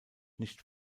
nicht